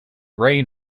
reign